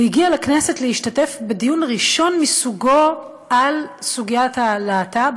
הוא הגיע לכנסת להשתתף בדיון ראשון מסוגו על סוגיית הלהט"ב,